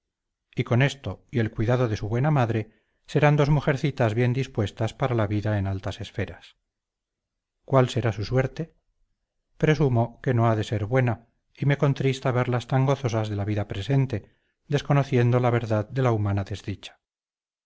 y con esto y el cuidado de su buena madre serán dos mujercitas bien dispuestas para la vida en altas esferas cuál será su suerte presumo que no ha de ser buena y me contrista verlas tan gozosas de la vida presente desconociendo la verdad de la humana desdicha